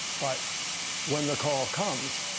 but when the call comes,